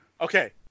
Okay